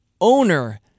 owner